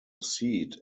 seat